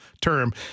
term